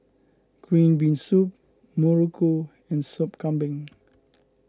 Green Bean Soup Muruku and Soup Kambing